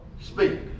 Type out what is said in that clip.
speak